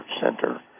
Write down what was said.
Center